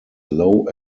low